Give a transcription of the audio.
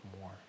more